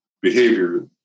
behavior